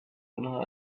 winner